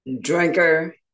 drinker